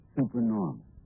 supernormal